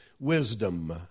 wisdom